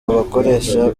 abakoresha